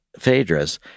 Phaedrus